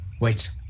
Wait